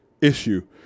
issue